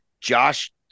Josh